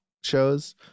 shows